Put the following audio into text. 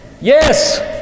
yes